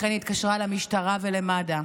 ולכן היא התקשרה למשטרה ולמד"א.